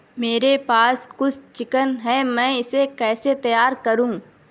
میرے پاس کس چکن ہے میں اسے کیسے تیار کروں